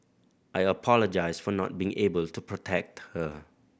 I apologised for not being able to protect her